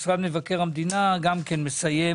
משרד מבקר המדינה גם כן מסיים